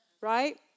right